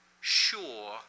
sure